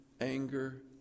anger